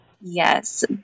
Yes